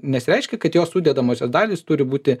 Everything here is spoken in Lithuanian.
nes reiškia kad jo sudedamosios dalys turi būti